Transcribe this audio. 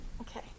Okay